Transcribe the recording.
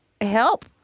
Help